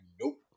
nope